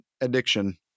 addiction